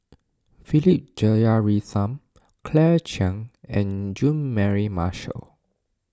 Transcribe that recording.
Philip Jeyaretnam Claire Chiang and Jean Mary Marshall